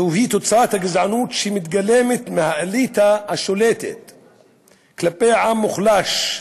זוהי תוצאת הגזענות שמתגלמת מהאליטה השולטת כלפי עם מוחלש.